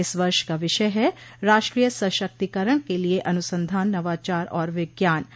इस वर्ष का विषय है राष्ट्रीय सशक्तिकरण के लिये अनुसंधान नवाचार और विज्ञान